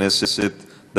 (תיקון מס' 3) את יושב-ראש ועדת הפנים